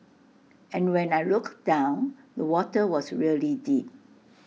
and when I looked down the water was really deep